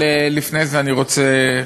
לפני זה אני רוצה,